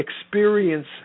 experience